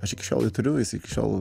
aš iki šiol jį turiu jis iki šiol